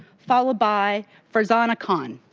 followed by frizhana kahn.